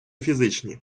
фізичні